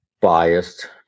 Biased